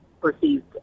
perceived